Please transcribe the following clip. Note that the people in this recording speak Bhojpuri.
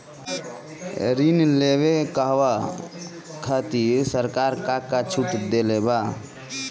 ऋण लेवे कहवा खातिर सरकार का का छूट देले बा?